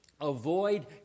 Avoid